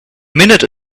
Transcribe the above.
minute